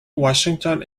washington